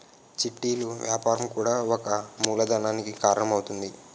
చిట్టీలు వ్యాపారం కూడా ఒక మూలధనానికి కారణం అవుతుంది